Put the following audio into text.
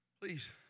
Please